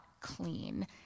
clean